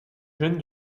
jeune